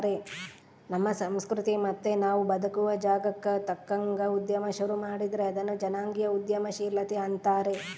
ನಮ್ಮ ಸಂಸ್ಕೃತಿ ಮತ್ತೆ ನಾವು ಬದುಕುವ ಜಾಗಕ್ಕ ತಕ್ಕಂಗ ಉದ್ಯಮ ಶುರು ಮಾಡಿದ್ರೆ ಅದನ್ನ ಜನಾಂಗೀಯ ಉದ್ಯಮಶೀಲತೆ ಅಂತಾರೆ